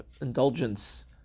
indulgence